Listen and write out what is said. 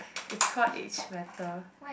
it's called age matter